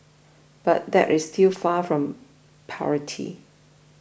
but that is still far from parity